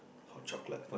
hot chocolate